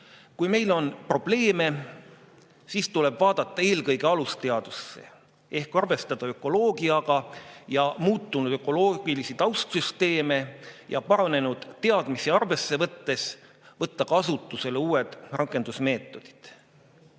Kui meil on probleeme, siis tuleb vaadata eelkõige alusteadusesse ehk arvestada ökoloogiaga. Muutunud ökoloogilisi taustsüsteeme ja paranenud teadmisi arvesse võttes tuleb võtta kasutusele uued rakendusmeetodid.